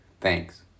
Thanks